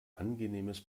angenehmes